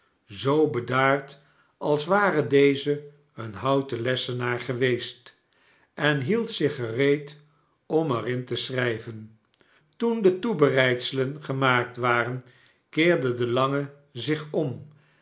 zoo bedaard als ware deze een houten lessenaar geweest n hield zich gereed om er in te schrijven toen de toebereidselen gemaakt waren keerde de lange zich om